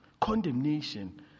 condemnation